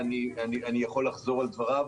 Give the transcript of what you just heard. אני יכול לחזור על דבריו,